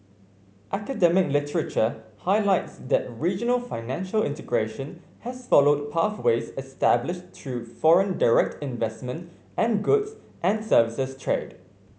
academic literature highlights that regional financial integration has followed pathways established through foreign direct investment and goods and services trade